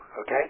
okay